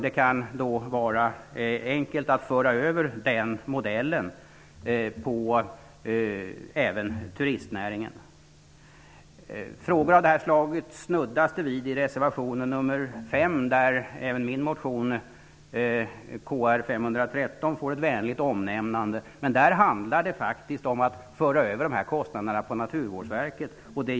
Det kan vara enkelt att föra över den modellen även på turistnäringen. Det snuddas vid frågor av detta slag i reservation nr 5, där även min motion Kr513 får ett vänligt omnämnande. Men där handlar det faktiskt om att föra över dessa kostnader på Naturvårdsverket.